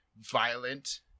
violent